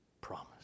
promise